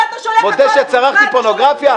מודה שצרכתי פורנוגרפיה.